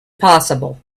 possible